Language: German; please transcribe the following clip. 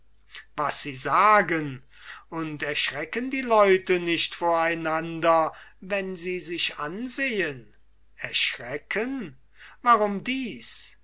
was sie sagen und erschrecken die leute nicht vor einander wenn sie sich ansehen erschrecken warum dies